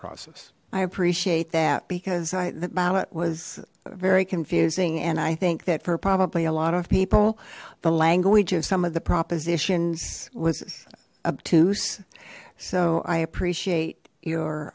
process i appreciate that because i the ballot was very confusing and i think that for probably a lot of people the language of some of the propositions was obtuse so i appreciate your